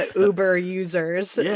ah uber-users. yeah